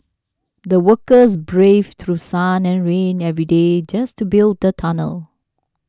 the workers braved through sun and rain every day just to build the tunnel